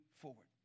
forward